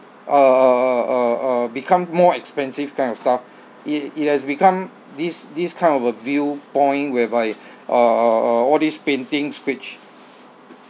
uh uh uh uh uh become more expensive kind of stuff it it has become this this kind of a view point whereby uh uh uh all these paintings which